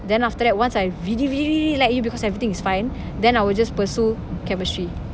then after that once I really really really really like you because everything is fine then I will just pursue chemistry